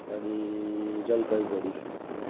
अनि जलपाइगढी